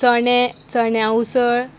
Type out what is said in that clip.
चणे चण्या उसळ